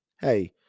Hey